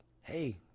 Hey